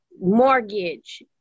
mortgage